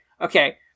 okay